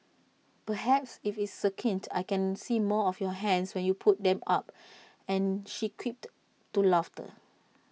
perhaps if it's succinct I can see more of your hands when you put them up and she quipped to laughter